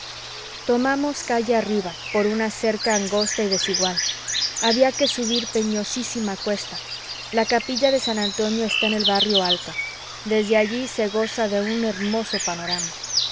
tomamos calle arriba por una acera angosta y desigual había que subir penosísima cuesta la capilla de san antonio está en el barrio alto desde allí se goza de un hermoso panorama